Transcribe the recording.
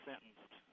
Sentenced